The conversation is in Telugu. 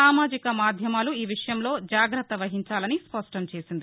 సామాజిక మాధ్యమాలు ఈ విషయంలో జాగ్రత్త వహించాలని స్పష్టం చేసింది